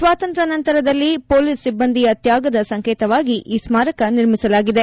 ಸ್ವಾತಂತ್ರ್ಯ ನಂತರದಲ್ಲಿ ಪೊಲೀಸ್ ಸಿಬ್ಲಂದಿಯ ತ್ಲಾಗದ ಸಂಕೇತವಾಗಿ ಈ ಸ್ತಾರಕ ನಿರ್ಮಿಸಲಾಗಿದೆ